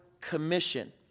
commission